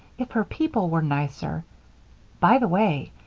if her people were nicer by the way,